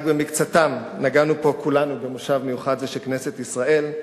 רק במקצתם נגענו פה כולנו במושב מיוחד זה של כנסת ישראל.